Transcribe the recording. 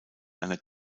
einer